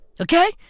Okay